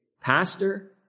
Pastor